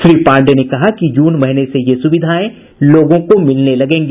श्री पांडेय ने कहा कि जून महीने से ये सुविधाएं लोगों को मिलने लगेगी